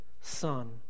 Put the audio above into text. son